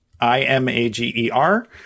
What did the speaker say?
I-M-A-G-E-R